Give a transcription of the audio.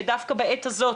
דווקא בעת הזאת,